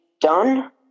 done